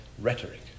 rhetoric